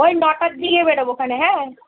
ওই নটার দিগে বেরোবো ওখানে হ্যাঁ